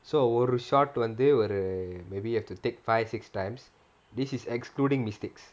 so ஒரு:oru shot வந்து ஒரு:vanthu oru err maybe have to take five six times this is excluding mistakes